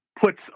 puts